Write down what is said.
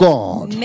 God